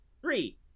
Three